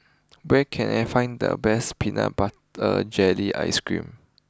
where can I find the best Peanut Butter Jelly Ice cream